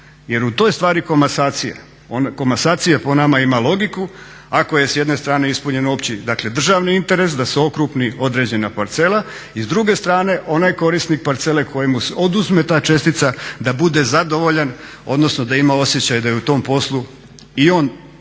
Jer u toj stvari komasacije, komasacija po nama ima logiku ako je s jedne strane ispunjen opći, dakle državni interes da se okrupni određena parcela i s druge strane onaj korisnik parcele kojemu se oduzme ta čestica da bude zadovoljan odnosno da ima osjećaj da je i u tom poslu i on dobra